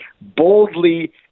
boldly